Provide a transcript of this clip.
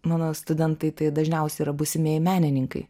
mano studentai tai dažniausiai yra būsimieji menininkai